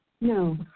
No